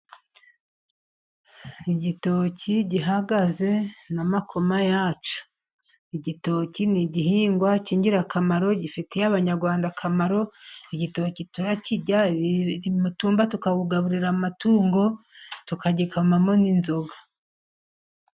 Igitoki gihagaze n'amakoma yacyo igitoki ni igihingwa cy'ingirakamaro gifitiye abanyarwanda akamaro igitoki turakirya umutumba tukawugaburira amatungo tukagikamamo n'inzoga